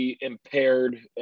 impaired